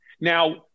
Now